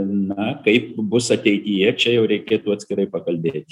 na kaip bus ateityje čia jau reikėtų atskirai pakalbėti